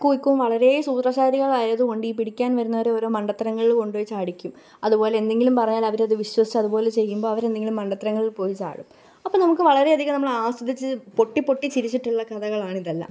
അക്കുവും ഇക്കുവും വളരേ സൂത്രശാലികൾ ആയത് കൊണ്ട് ഈ പിടിക്കാന് വരുന്നവർ ഓരോ മണ്ടത്തരങ്ങളിൽ കൊണ്ടുപോയി ചാടിക്കും അതുപോലെ എന്തെങ്കിലും പറഞ്ഞാൽ അവർ അത് വിശ്വസിച്ചതു പോലെ ചെയ്യുമ്പം അവർ എന്തെങ്കിലും മണ്ടത്തരങ്ങളില് പോയി ചാടും അപ്പം നമുക്ക് വളരെ അധികം നമ്മൾ ആസ്വദിച്ച് പൊട്ടി പൊട്ടി ചിരിച്ചിട്ടുള്ള കഥകളാണ് ഇതെല്ലാം